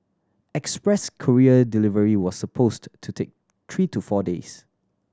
express courier delivery was supposed to take three to four days